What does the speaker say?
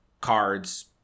cards